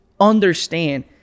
understand